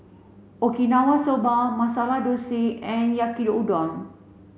okinawa soba Masala Dosa and Yaki udon